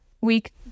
week